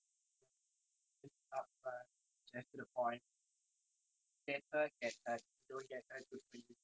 you get hurt get hurt if you don't get hurt good for you just do something else you're suppose to do about this situation